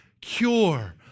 cure